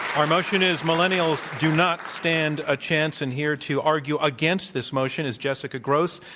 our motion is, millenials do not stand a chance. and here to argue against this motion is jessica grose.